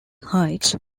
heights